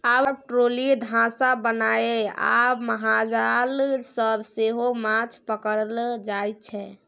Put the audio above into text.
आब ट्रोली, धासा बनाए आ महाजाल सँ सेहो माछ पकरल जाइ छै